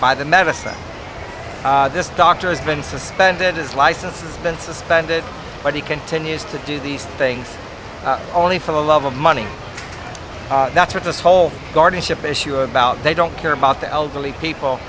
by the medicine this doctor has been suspended his license has been suspended but he continues to do these things only for the love of money that's what this whole guardianship issue about they don't care about the elderly people